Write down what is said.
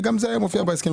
וגם זה מופיע בהסכמים